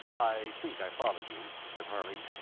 i think i follow you, said harley.